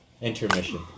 Intermission